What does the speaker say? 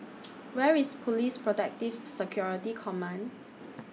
Where IS Police Protective Security Command